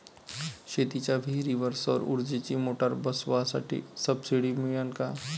शेतीच्या विहीरीवर सौर ऊर्जेची मोटार बसवासाठी सबसीडी मिळन का?